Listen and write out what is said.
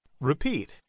Repeat